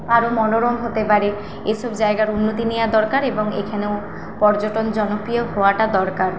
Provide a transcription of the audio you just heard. আরও মনোরম হতে পারে এইসব জায়গার উন্নতি নেওয়ার দরকার এবং এখানেও পর্যটন জনপ্রিয় হওয়াটা দরকার